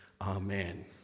Amen